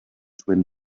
twin